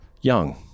young